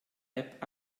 app